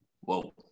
whoa